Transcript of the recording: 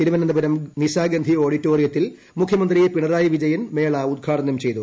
തിരുവനന്തപുരം നിശാഗന്ധി ഓഡിറ്റോറിയത്തിൽ മുഖ്യമന്ത്രി പിണറായി വിജയൻ മേള ഉദ്ഘാടനം ചെയ്തു